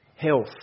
health